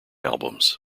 albums